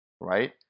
right